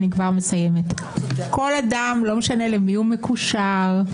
לא משנה למי הוא מקושר,